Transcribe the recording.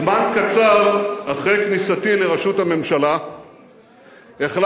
זמן קצר אחרי כניסתי לרשות הממשלה החלטתי,